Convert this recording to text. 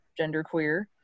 genderqueer